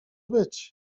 być